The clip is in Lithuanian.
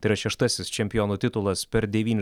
tai yra šeštasis čempionų titulas per devyni